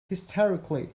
hysterically